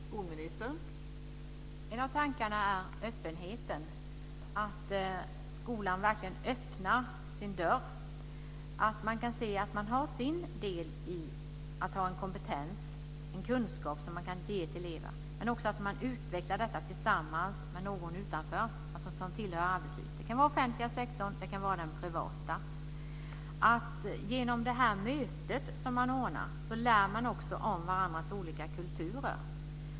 Fru talman! En av tankarna gäller öppenheten. Skolan ska verkligen öppna sin dörr. Man ser sin del vad gäller kompetensen. Man har kunskap som man kan ge till elever. Man ska också utveckla detta tillsammans med någon utanför som tillhör arbetslivet. Det kan vara offentliga sektorn, och det kan vara den privata. Genom det möte man ordnar lär man också om varandras olika kulturer.